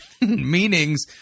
meanings